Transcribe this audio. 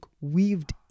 weaved